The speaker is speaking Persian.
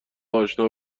آشنا